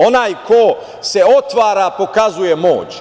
Onaj ko se otvara pokazuje moć.